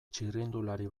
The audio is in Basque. txirrindulari